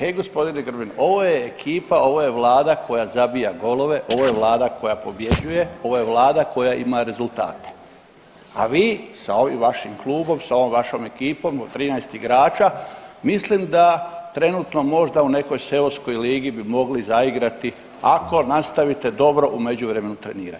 E gospodine Grbin, ovo je ekipa, ovo je Vlada koja zabija golove, ovo je Vlada koja pobjeđuje, ovo je Vlada koja ima rezultate, a vi sa ovim vašim klubom sa ovom vašom ekipom od 13 igrača mislim da trenutno možda u nekoj seoskoj ligi bi mogli zaigrati ako nastavite dobro u međuvremenu trenirati.